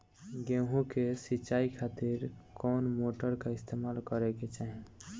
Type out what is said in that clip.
गेहूं के सिंचाई खातिर कौन मोटर का इस्तेमाल करे के चाहीं?